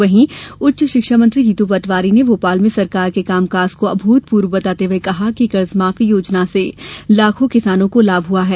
वहीं उच्च शिक्षा मंत्री जीतू पटवारी ने भोपाल में सरकार के कामकाज को अभुतपूर्व बताते हुए कहा कि कर्ज माफी योजना से लाखो किसानों को लाभ हुआ है